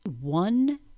one